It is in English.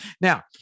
Now